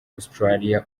australia